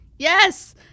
Yes